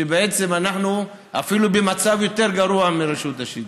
שבעצם אנחנו אפילו במצב יותר גרוע מרשות השידור?